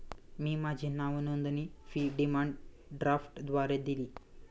मी माझी नावनोंदणी fee demand ड्राफ्टद्वारे दिली